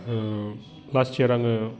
last year आङो